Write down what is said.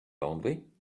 lonely